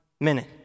minute